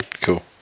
Cool